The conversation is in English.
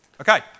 Okay